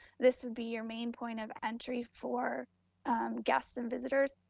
this would be your main point of entry for guests and visitors,